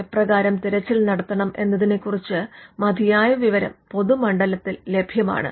എപ്രകാരം തിരച്ചിൽ നടത്തണം എന്നതിനെ കുറിച്ച് മതിയായ വിവരം പൊതു മണ്ഡലത്തിൽ ലഭ്യമാണ്